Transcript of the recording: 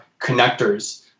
connectors